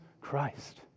Christ